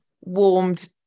warmed